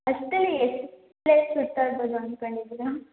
ಅಷ್ಟರಲ್ಲಿ ಎಷ್ಟು ಪ್ಲೇಸ್ ಸುತ್ತಾಡ್ಬೋದು ಅನ್ಕೊಂಡಿದ್ದೀರ